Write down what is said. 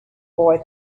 boy